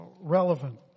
relevant